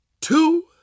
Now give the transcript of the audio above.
two